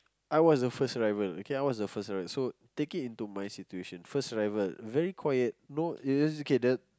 I was the first arrival okay I was the first arrival so take it into my situation first arrival very quiet no it is okay then